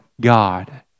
God